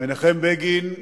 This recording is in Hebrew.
מנחם בגין,